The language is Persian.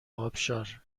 آبشار